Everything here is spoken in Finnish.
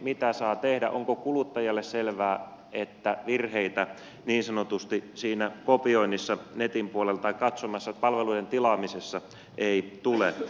mitä saa tehdä onko kuluttajalle selvää että niin sanotusti virheitä siinä kopioinnissa tai katsomisessa netin puolelta tai palvelujen tilaamisessa ei tule